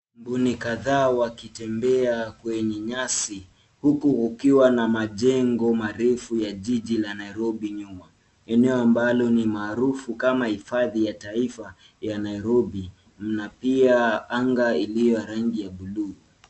Mbuni kadhaa wakitembea kwenye nyasi huku kukiwa na majengo marefu ya jiji la Nairobi nyuma. Eneo ambalo ni maarufu kama hifadhi ya taifa ya Nairobi na pia anga iliyorangi ya buluu.